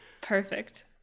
Perfect